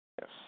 Yes